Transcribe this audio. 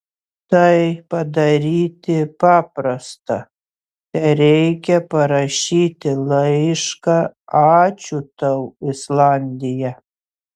tai padaryti paprasta tereikia parašyti laišką ačiū tau islandija